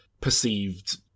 perceived